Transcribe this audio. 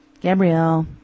Gabrielle